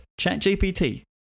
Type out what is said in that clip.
ChatGPT